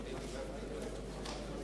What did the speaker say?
עזרא נתקבלה.